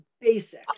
basic